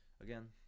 again